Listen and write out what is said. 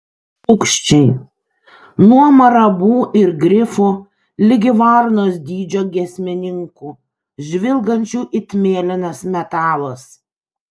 paukščiai nuo marabu ir grifų ligi varnos dydžio giesmininkų žvilgančių it mėlynas metalas